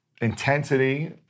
intensity